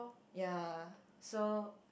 ya so